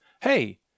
hey